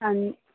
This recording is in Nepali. अनि